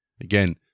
Again